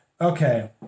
Okay